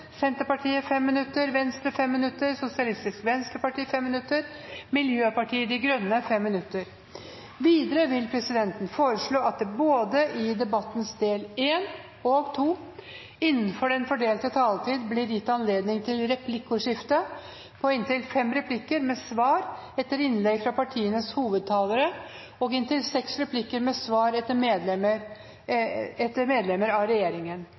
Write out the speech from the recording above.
Senterpartiet 5 minutter, Venstre 5 minutter, Sosialistisk Venstreparti 5 minutter og Miljøpartiet De Grønne 5 minutter. Videre vil presidenten foreslå at det både i debattens del 1 og 2 blir gitt anledning til replikkordskifte på inntil fem replikker med svar etter innlegg fra partienes hovedtalere og inntil seks replikker med svar etter medlemmer av regjeringen